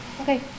okay